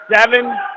seven